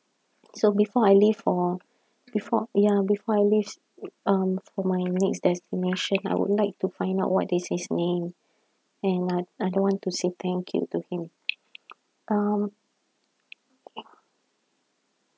so before I leave for before ya before I leave um for my next destination I would like to find out what is his name and I I do want to say thank you to him um